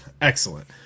Excellent